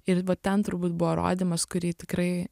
ir va ten turbūt buvo rodymas kurį tikrai